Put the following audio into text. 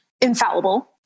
infallible